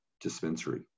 dispensary